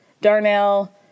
Darnell